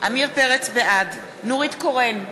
בעד נורית קורן,